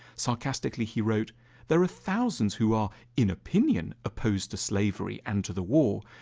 sarcastically he wrote there are thousands who are in opinion opposed to slavery and to the war,